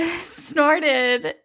snorted